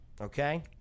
Okay